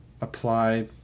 apply